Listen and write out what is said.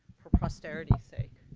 for posterity's sake.